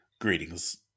Greetings